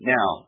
Now